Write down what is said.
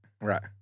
right